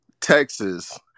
Texas